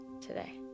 today